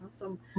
Awesome